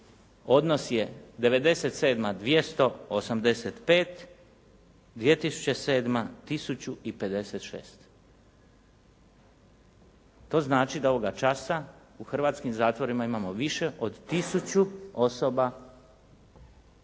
odnos je 97. 285, 2007. 1056. To znači da ovoga časa u hrvatskim zatvorima imamo više od tisuću osoba koje